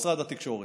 משרד התקשורת.